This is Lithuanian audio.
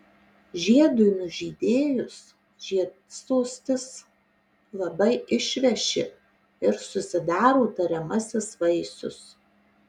žiedui nužydėjus žiedsostis labai išveši ir susidaro tariamasis vaisius